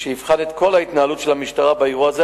שיבחן את כל ההתנהלות המשטרה באירוע הזה,